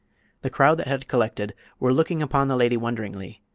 the crowd that had collected were looking upon the lady wonderingly,